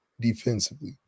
defensively